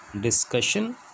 discussion